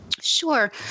Sure